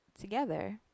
together